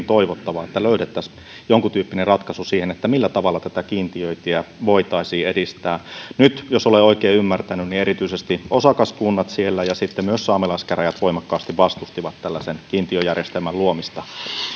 toivottavaa että löydettäisiin jonkuntyyppinen ratkaisu siihen millä tavalla tätä kiintiöintiä voitaisiin edistää nyt jos olen oikein ymmärtänyt erityisesti osakaskunnat siellä ja sitten myös saamelaiskäräjät voimakkaasti vastustivat tällaisen kiintiöjärjestelmän luomista